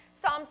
Psalm